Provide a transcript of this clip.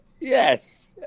yes